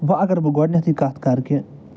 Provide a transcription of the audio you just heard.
وۄنۍ اَگر بہٕ گۄڈٕنٮ۪تھٕے کَتھ کَرٕ کہِ